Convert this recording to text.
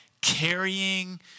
carrying